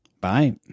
Bye